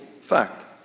fact